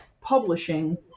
publishing